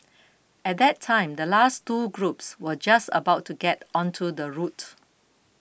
at that time the last two groups were just about to get onto the route